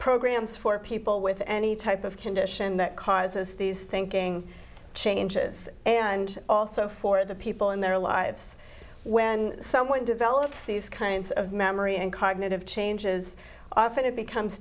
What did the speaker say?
programs for people with any type of condition that causes these thinking changes and also for the people in their lives when someone develops these kinds of memory and cognitive changes often it becomes